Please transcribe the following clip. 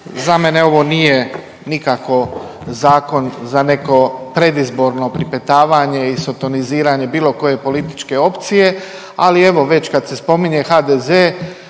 Za mene ovo nije nikako zakon za neko predizborno pripetavanje i sotoniziranje bilo koje političke opcije, ali evo već kad se spominje HDZ,